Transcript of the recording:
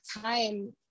time